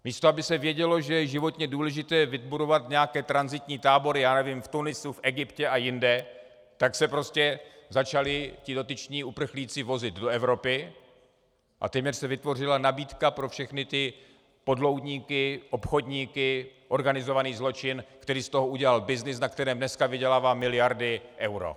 Místo aby se vědělo, že je životně důležité vybudovat nějaké tranzitní tábory, já nevím, v Tunisu, Egyptě a jinde, tak se prostě začali dotyční uprchlíci vozit do Evropy a tím se vytvořila nabídka pro všechny ty podloudníky, obchodníky, organizovaný zločin, který z toho udělal byznys, na kterém dneska vydělává miliardy eur.